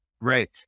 right